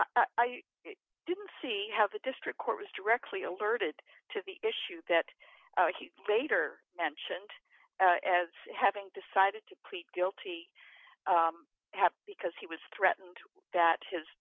i didn't see how the district court was directly alerted to the issue that he later mentioned as having decided to create guilty have because he was threatened that his